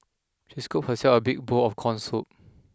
she scooped herself a big bowl of corn soup